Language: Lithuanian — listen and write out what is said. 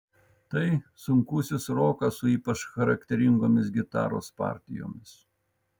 tai sunkusis rokas su ypač charakteringomis gitaros partijomis